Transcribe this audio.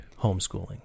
homeschooling